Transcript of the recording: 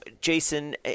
Jason